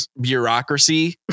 bureaucracy